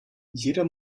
jeder